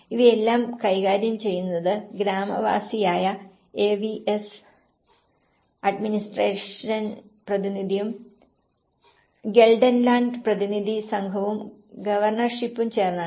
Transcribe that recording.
ഇവയെല്ലാം കൈകാര്യം ചെയ്യുന്നത് ഗ്രാമവാസിയായ AVS അഡ്മിനിസ്ട്രേഷാൻ പ്രതിനിധിയുo ഗെൽഡർലാൻഡ് പ്രതിനിധി സംഘവും ഗവർണർഷിപ്പും ചേർന്നാണ്